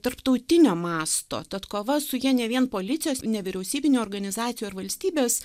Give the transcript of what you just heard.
tarptautinio masto tad kova su ja ne vien policijos nevyriausybinių organizacijų ar valstybės